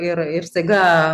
ir ir staiga